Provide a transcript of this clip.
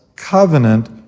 covenant